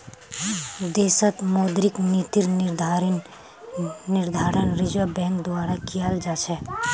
देशत मौद्रिक नीतिर निर्धारण रिज़र्व बैंक द्वारा कियाल जा छ